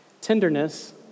Tenderness